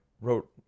wrote